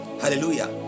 Hallelujah